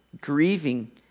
grieving